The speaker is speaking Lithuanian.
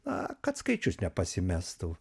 na kad skaičius nepasimestų